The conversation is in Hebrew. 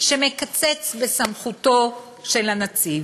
שמקצץ בסמכותו של הנציב,